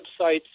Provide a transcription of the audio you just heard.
websites